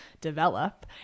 develop